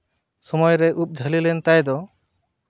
ᱥᱚᱢᱚᱭᱨᱮ ᱩᱵ ᱡᱷᱟᱹᱞᱤ ᱞᱮᱱ ᱛᱟᱭ ᱫᱚ